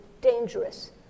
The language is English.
dangerous